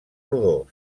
rodó